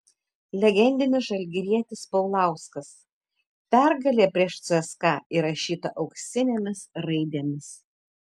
legendinis žalgirietis paulauskas pergalė prieš cska įrašyta auksinėmis raidėmis